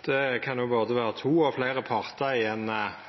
Det kan jo vera både to og fleire partar i